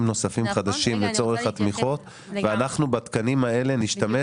נוספים חדשים לצורך התמיכות ואנחנו בתקנים האלה נשתמש